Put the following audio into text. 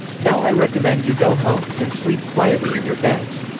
now i recommend you go home, and sleep quietly in your beds.